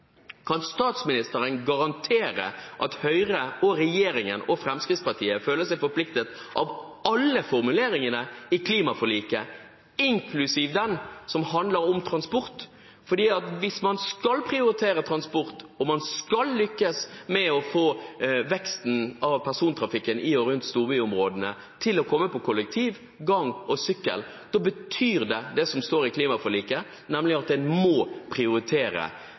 Kan statsministeren garantere at Høyre, regjeringen og Fremskrittspartiet føler seg forpliktet av alle formuleringene i klimaforliket, inklusiv den som handler om transport? Hvis man skal prioritere transport, og man skal lykkes med å få veksten av persontrafikken i og rundt storbyområdene over på kollektiv, gange og sykkel, betyr det som står i klimaforliket at man må prioritere